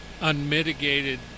unmitigated